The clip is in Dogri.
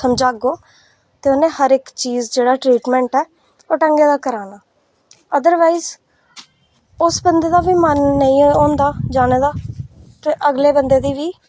समझागेओ ते उन्ने हर इक ट्रीटमेंट ऐ जेह्का ओह् ढंगै दा कराना अदरवाईज़ उस बंदे दा मन बी नेईं होंदा जाने दा ते अगले बंदे दी बी